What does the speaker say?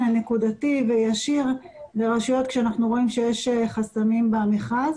נקודתי וישיר לרשויות כשאנחנו רואים שיש חסמים במכרז.